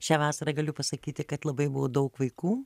šią vasarą galiu pasakyti kad labai buvo daug vaikų